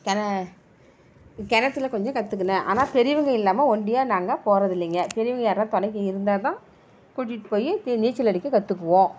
கிணத்துல கொஞ்சம் கற்றுக்கினேன் ஆனால் பெரியவங்க இல்லாமல் ஒண்டியாக நாங்கள் போவது இல்லைங்க பெரியவங்க யாரவது துணைக்கு இருந்தால் தான் கூட்டிகிட்டு போய் நீச்சல் அடிக்க கற்றுக்குவோம்